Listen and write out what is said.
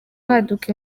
haduka